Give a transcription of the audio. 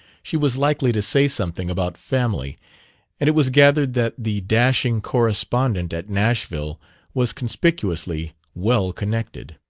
she was likely to say something about family and it was gathered that the dashing correspondent at nashville was conspicuously well-connected.